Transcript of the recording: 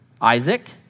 Isaac